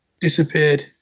disappeared